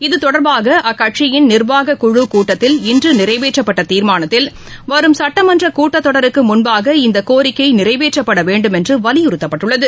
இத்தொடர்பாக அக்கட்சியின் நிர்வாகக்குழ கூட்டத்தில் இன்று நிறைவேற்றப்பட்ட தீர்மானத்தில் வரும் சுட்டமன்ற கூட்டத்தொடருக்கு முன்பாக இந்த கோரிக்கை நிறைவேற்றப்பட வேண்டும் என்று வலியுறுத்தப்பட்டுள்ளது